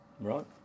Right